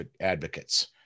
advocates